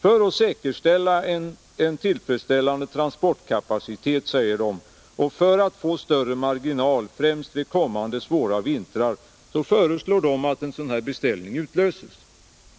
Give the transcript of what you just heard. För att säkerställa en tillräcklig transportkapacitet, sägs det i brevet, och för att få större marginal, främst vid kommande svåra vintrar, föreslår ASEA att en sådan här beställning ges.